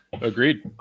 Agreed